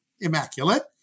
immaculate